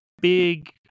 big